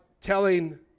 telling